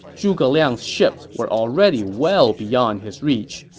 zhuge liang's ships were already well beyond his reach,